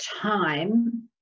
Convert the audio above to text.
time